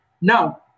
Now